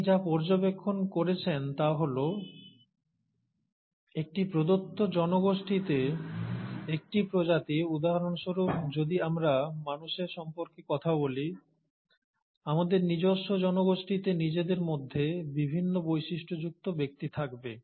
তিনি যা পর্যবেক্ষণ করেছেন তা হল একটি প্রদত্ত জনগোষ্ঠীতে একটি প্রজাতি উদাহরণস্বরূপ যদি আমরা মানুষের সম্পর্কে কথা বলি আমাদের নিজস্ব জনগোষ্ঠীতে নিজেদের মধ্যে বিভিন্ন বৈশিষ্ট্যযুক্ত ব্যক্তি থাকবে